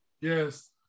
Yes